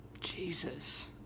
Jesus